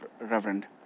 Reverend